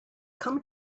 come